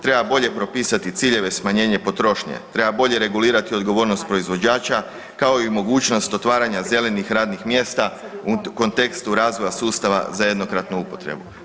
Treba bolje propisati ciljeve smanjenje potrošnje, treba bolje regulirati odgovornost proizvođača kao i mogućnost otvaranja zelenih radnih mjesta u kontekstu razvoja sustava za jednokratnu upotrebu.